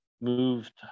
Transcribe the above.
moved